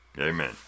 Amen